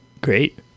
great